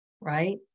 right